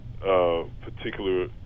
particular